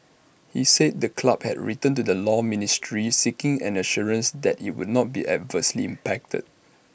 he said the club had written to the law ministry seeking an assurance that IT would not be adversely impacted